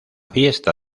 fiesta